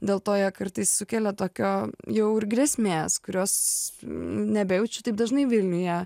dėl to jie kartais sukelia tokio jau ir grėsmės kurios nebejaučiu taip dažnai vilniuje